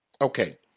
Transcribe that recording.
Okay